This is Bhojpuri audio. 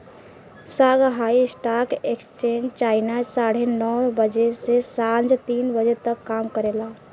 शांगहाई स्टॉक एक्सचेंज चाइना साढ़े नौ बजे से सांझ तीन बजे तक काम करेला